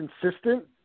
consistent